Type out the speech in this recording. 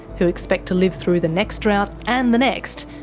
who expect to live through the next drought, and the next,